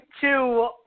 two